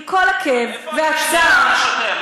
עם כל הכאב והצער, איפה היית כשנהרג השוטר?